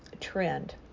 trend